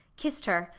kissed her,